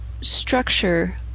structure